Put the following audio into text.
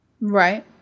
right